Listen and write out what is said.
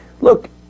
Look